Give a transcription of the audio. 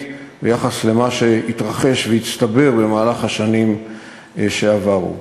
ביחס למה שהתרחש והצטבר במהלך השנים שעברו.